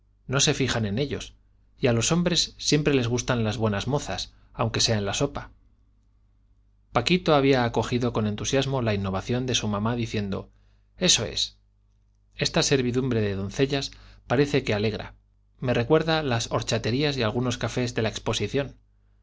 no se fijan en ellos y a los hombres siempre les gustan las buenas mozas aunque sea en la sopa paquito había acogido con entusiasmo la innovación de su mamá diciendo eso es esta servidumbre de doncellas parece que alegra me recuerda las horchaterías y algunos cafés de la exposición